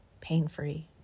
Pain-free